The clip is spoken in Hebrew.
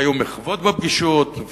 והיו מחוות בפגישות,